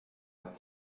habt